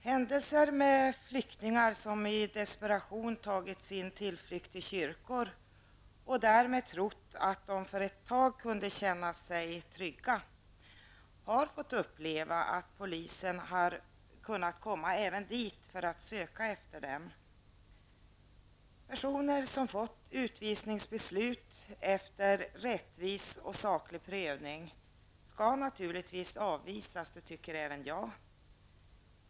Herr talman! Flyktingar som i desperation tagit sin tillflykt till kyrkor, och därmed trott att de för ett tag kunde känna sig trygga, har fått uppleva att polisen kunde komma även dit för att söka efter dem. Personer som fått utvisningsbeslut efter rättvis och saklig prövning skall naturligtvis avvisas; det tycker även jag.